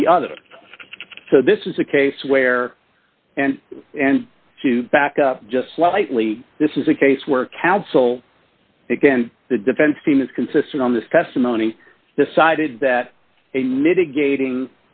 for the other so this is a case where and and to back up just slightly this is a case where counsel again the defense team is consistent on this testimony decided that a mitigating